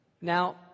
Now